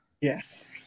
Yes